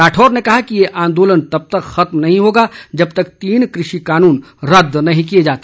राठौर ने कहा कि ये आंदोलन तब तक खत्म नहीं होगा जब तक तीन कृषि कानून रद्द नहीं किए जाते